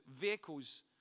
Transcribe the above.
vehicles